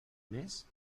més